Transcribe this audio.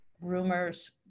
rumors